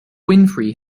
winfrey